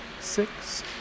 six